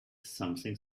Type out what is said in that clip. something